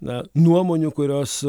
na nuomonių kurios